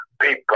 people